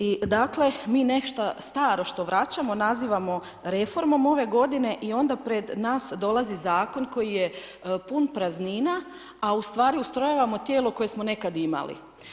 I dakle mi nešto staro što vraćamo nazivamo reformom ove godine i onda pred nas dolazi zakon koji je pun praznina a ustvari ustrojavamo tijelo koje smo nekad imali.